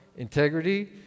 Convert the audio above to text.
Integrity